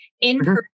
in-person